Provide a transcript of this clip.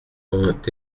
ont